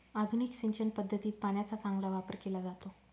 आधुनिक सिंचन पद्धतीत पाण्याचा चांगला वापर केला जातो